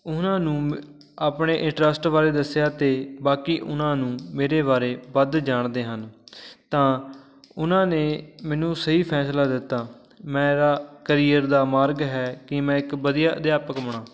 ਉਹਨਾਂ ਨੂੰ ਆਪਣੇ ਇੰਟਰਸਟ ਬਾਰੇ ਦੱਸਿਆ ਅਤੇ ਬਾਕੀ ਉਹਨਾਂ ਨੂੰ ਮੇਰੇ ਬਾਰੇ ਵੱਧ ਜਾਣਦੇ ਹਨ ਤਾਂ ਉਹਨਾਂ ਨੇ ਮੈਨੂੰ ਸਹੀ ਫੈਸਲਾ ਦਿੱਤਾ ਮੇਰਾ ਕਰੀਅਰ ਦਾ ਮਾਰਗ ਹੈ ਕਿ ਮੈਂ ਇੱਕ ਵਧੀਆ ਅਧਿਆਪਕ ਬਣਾ